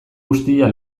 guztia